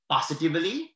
Positively